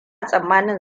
tsammanin